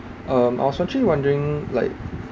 um I was actually wondering like